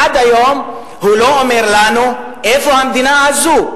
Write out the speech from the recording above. עד היום הוא לא אומר לנו איפה המדינה הזאת.